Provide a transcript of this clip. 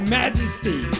majesty